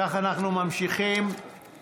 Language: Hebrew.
אם כך, אנחנו ממשיכים בסדר-היום,